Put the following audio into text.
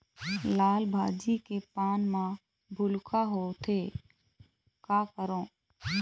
लाल भाजी के पान म भूलका होवथे, का करों?